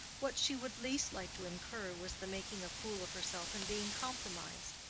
what she would least like to incur was the making a fool of herself and being compromised.